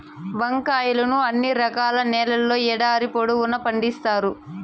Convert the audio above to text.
వంకాయలను అన్ని రకాల నేలల్లో ఏడాది పొడవునా పండిత్తారు